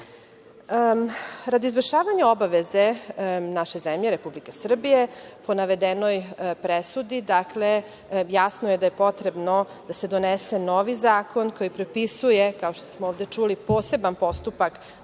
izvršavanja obaveze naše zemlje, Republike Srbije, po navedenoj presudi, dakle, jasno je da je potrebno da se donese novi zakon koji propisuje, kao što smo ovde čuli, poseban postupak